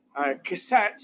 cassettes